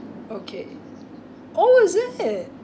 okay oh is it